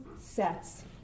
sets